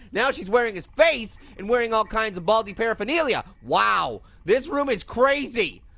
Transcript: now, she's wearing his face and wearing all kinds of baldy paraphernalia. wow, this room is crazy.